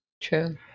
True